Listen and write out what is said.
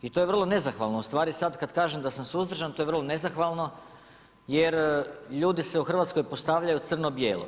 I to je vrlo nezahvalno i sad kad kažem da sam suzdržan, to je vrlo nezahvalno jer ljudi se u Hrvatskoj postavljaju crno bijelo.